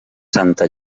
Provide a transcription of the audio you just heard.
santa